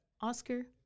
Oscar